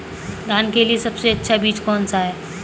धान के लिए सबसे अच्छा बीज कौन सा है?